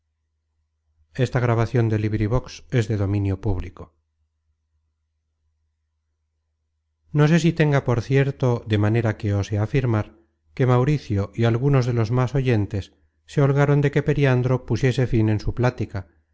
ermitaño no sé si tenga por cierto de manera que ose afirmar que mauricio y algunos de los más oyentes se holgaron de que periandro pusiese fin en su plática